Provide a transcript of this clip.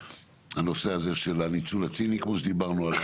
הנושא הזה של הניצול הציני כמו שדיברנו,